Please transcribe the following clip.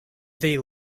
they